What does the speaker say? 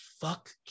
fuck